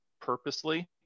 purposely